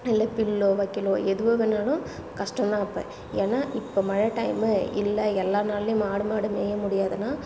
இல்லை பில்லோ வைக்கலோ எதுவாக வேணாலும் கஷ்டம்தான் அப்போ ஏன்னா இப்போ மழை டைமு இல்லை எல்லா நாள்லையும் ஆடு மாடு மேய முடியாதுன்னா